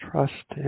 Trust